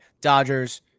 Dodgers